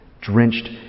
drenched